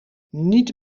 niet